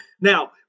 Now